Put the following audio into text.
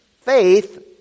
faith